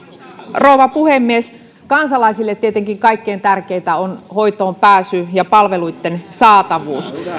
rouva puhemies kansalaisille tietenkin kaikkein tärkeintä on hoitoon pääsy ja palveluitten saatavuus